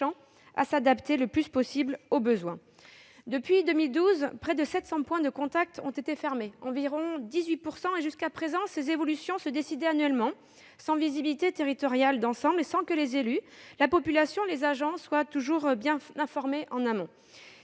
à s'adapter le plus possible aux besoins. Depuis 2012, près de 700 points de contact ont été fermés, soit environ 18 % du réseau. Jusqu'à présent, ces évolutions se décidaient annuellement, sans visibilité territoriale d'ensemble et sans que les élus, la population et les agents soient toujours bien informés en amont.